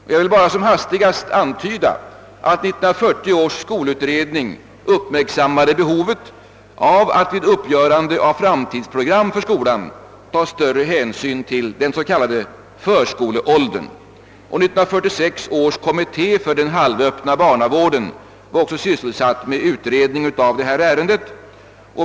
Jag vill bara som hastigast antyda att 1940 års skolutredning uppmärksammade behovet av att vid uppgörande av framtidsprogram för skolan ta större hänsyn till den s.k. förskoleåldern. Också 1946 års kommitté för den halvöppna barnavården var sysselsatt med utredning av detta ärende.